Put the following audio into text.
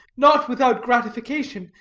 not without gratification,